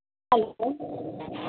hello